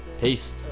Peace